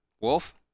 Wolf